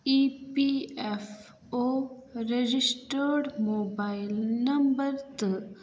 E P F O registered mobile number تہٕ